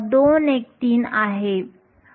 0213 आहे